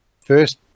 first